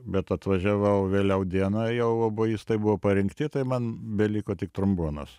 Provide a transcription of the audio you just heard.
bet atvažiavau vėliau dieną jau obojistai buvo parinkti tai man beliko tik trombonas